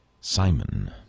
Simon